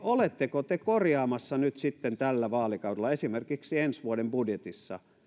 oletteko te korjaamassa nyt sitten tällä vaalikaudella esimerkiksi ensi vuoden budjetissa